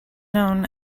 known